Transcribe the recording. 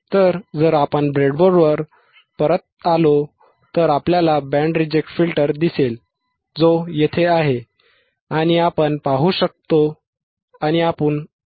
तर जर आपण ब्रेडबोर्डवर परत आलो तर आपल्याला बँड रिजेक्ट फिल्टर दिसेल जो येथे आहे